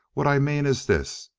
what i mean is this.